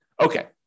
Okay